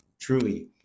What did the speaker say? Truly